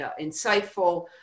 insightful